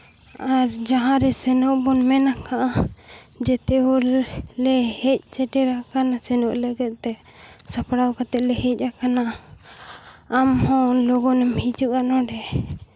ᱟᱨ ᱡᱟᱦᱟᱸ ᱨᱮ ᱥᱮᱱᱚᱜ ᱵᱚᱱ ᱢᱮᱱᱟᱠᱟᱫᱼᱟ ᱡᱚᱛᱚ ᱦᱚᱲ ᱞᱮ ᱦᱮᱡᱽ ᱥᱮᱴᱮᱨᱟᱠᱟᱱᱟ ᱥᱮᱱᱚᱜ ᱞᱟᱹᱜᱤᱫ ᱛᱮ ᱥᱟᱯᱲᱟᱣ ᱠᱟᱛᱮᱫ ᱞᱮ ᱦᱮᱡᱽ ᱟᱠᱟᱱᱟ ᱟᱢ ᱦᱚᱸ ᱞᱚᱜᱚᱱᱮᱢ ᱦᱤᱡᱩᱜᱼᱟ ᱱᱚᱸᱰᱮ